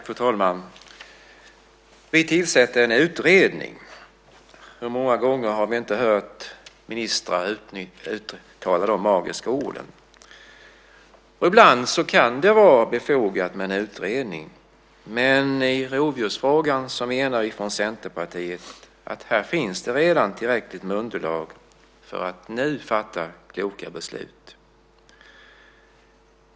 Fru talman! "Vi tillsätter en utredning" - hur många gånger har vi inte hört ministrar uttala de magiska orden? Ibland kan det vara befogat med en utredning. Men i rovdjursfrågan menar vi från Centerpartiet att det redan nu finns tillräckligt med underlag för att fatta kloka beslut.